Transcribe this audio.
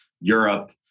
Europe